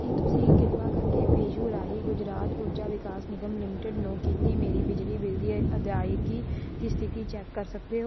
ਕੀ ਤੁਸੀਂ ਕਿਰਪਾ ਕਰਕੇ ਪੇਯੂ ਰਾਹੀਂ ਗੁਜਰਾਤ ਊਰਜਾ ਵਿਕਾਸ ਨਿਗਮ ਲਿਮਟਿਡ ਨੂੰ ਕੀਤੀ ਮੇਰੀ ਬਿਜਲੀ ਬਿੱਲ ਦੀ ਐ ਅਦਾਇਗੀ ਦੀ ਸਥਿਤੀ ਚੈਕ ਕਰ ਸਕਦੇ ਹੋ